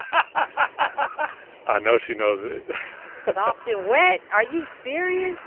i i know she knows it soft and wet are you serious?